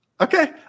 Okay